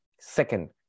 Second